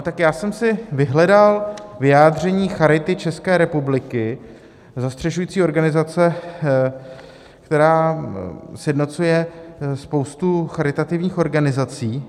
Tak já jsem si vyhledal vyjádření Charity České republiky, zastřešující organizace, která sjednocuje spoustu charitativních organizací.